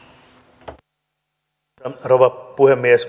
arvoisa rouva puhemies